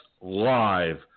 live